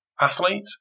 athlete